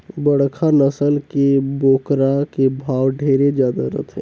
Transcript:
बड़खा नसल के बोकरा के भाव ढेरे जादा रथे